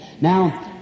Now